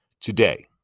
Today